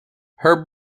her